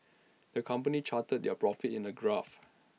the company charted their profits in A graph